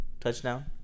touchdown